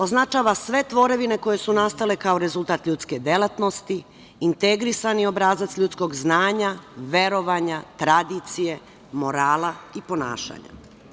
Označava sve tvorevine koje su nastale kao rezultat ljudske delatnosti, integrisani obrazac ljudskog znanja, verovanja, tradicije, morala i ponašanja.